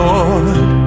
Lord